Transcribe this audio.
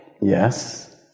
Yes